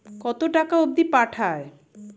কতো টাকা অবধি পাঠা য়ায়?